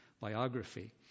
biography